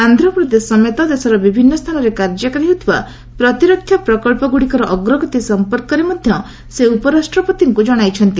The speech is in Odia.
ଆନ୍ଧ୍ରପ୍ରଦେଶ ସମେତ ଦେଶର ବିଭିନ୍ନ ସ୍ଥାନରେ କାର୍ଯ୍ୟକାରୀ ହେଉଥିବା ପ୍ରତିରକ୍ଷା ପ୍ରକଳ୍ପଗୁଡ଼ିକର ପ୍ରଗତି ସଂପର୍କରେ ମଧ୍ୟ ସେ ଉପରାଷ୍ଟ୍ରପତିଙ୍କୁ ଜଣାଇଛନ୍ତି